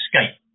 Escape